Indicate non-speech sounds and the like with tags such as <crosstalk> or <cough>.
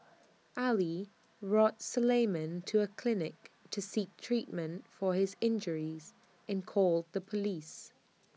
Ali <unintelligible> Suleiman to A clinic to seek treatment for his injuries and called the Police